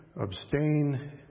abstain